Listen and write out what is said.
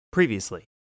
Previously